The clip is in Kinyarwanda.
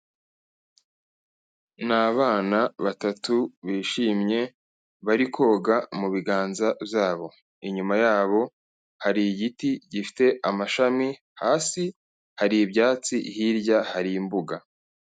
Ni abana batatu bishimye bari koga mu biganza byabo, inyuma yabo hari igiti gifite amashami, hasi hari ibyatsi, hirya hari imbuga.